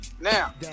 Now